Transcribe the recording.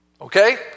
okay